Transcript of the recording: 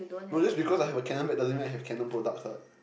no just because I have a Canon bag doesn't mean I have Canon products what